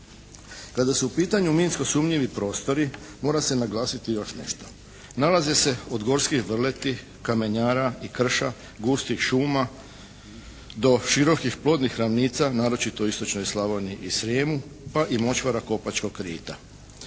Kada su u pitanju minsko sumnjivi prostori mora se naglasiti još nešto. Nalaze se od gorskih vrleti, kamenjara i krša, gustih šuma do širokih plodnih ravnica, naročito u istočnoj Slavoniji i Srijemu pa i močvara Kopačkog rita.